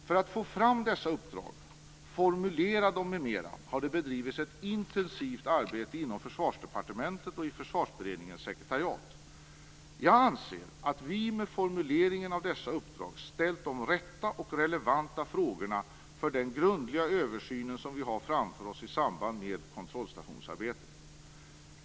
För att få fram dessa uppdrag, formulera dem m.m. har det bedrivits ett intensivt arbete inom Försvarsdepartementet och i Försvarsberedningens sekretariat. Jag anser att vi med formuleringen av dessa uppdrag ställt de rätta och relevanta frågorna för den grundliga översyn som vi har framför oss i samband med kontrollstationsarbetet.